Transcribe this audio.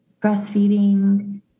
breastfeeding